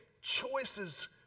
choices